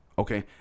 Okay